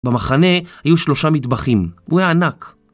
במחנה היו שלושה מטבחים. הוא היה ענק.